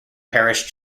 parish